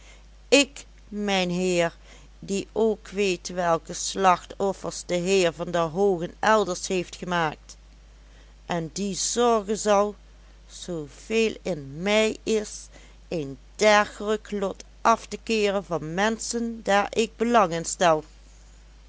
ik mijnheer die ook weet welke slachtoffers de heer van der hoogen elders heeft gemaakt en die zorgen zal zooveel in mij is een dergelijk lot af te keeren van menschen daar ik belang in stel